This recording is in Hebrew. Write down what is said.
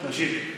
תשיב.